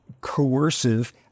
coercive